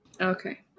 Okay